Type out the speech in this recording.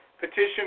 petition